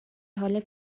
حال